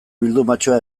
bildumatxoa